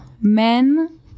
Men